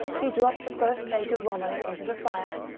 he dropped the first page of romilly into the fire.